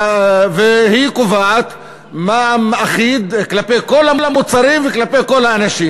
והיא קובעת מע"מ אחיד כלפי כל המוצרים וכלפי כל האנשים.